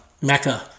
Mecca